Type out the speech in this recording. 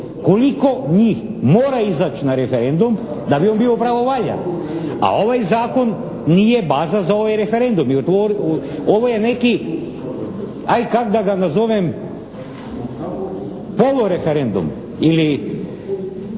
koliko njih mora izaći na referendum da bi on bio pravovaljan, a ovaj zakon nije baza za ovaj referendum i ovo je neki aj' kak' da ga nazovem, polureferendum